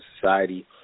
society